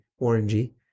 orangey